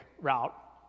route